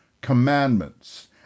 commandments